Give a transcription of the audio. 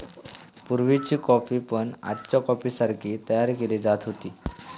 पुर्वीची कॉफी पण आजच्या कॉफीसारखी तयार केली जात होती